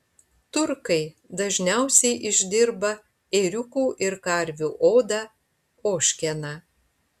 turkai dažniausiai išdirba ėriukų ir karvių odą ožkeną